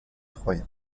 troyen